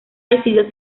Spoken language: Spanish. decidió